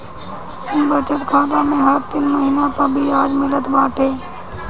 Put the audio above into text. बचत खाता में हर तीन महिना पअ बियाज मिलत बाटे